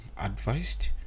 advised